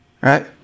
Right